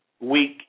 weak